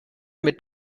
mit